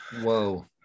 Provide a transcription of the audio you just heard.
Whoa